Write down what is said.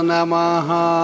Namaha